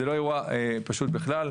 זה לא אירוע פשוט בכלל.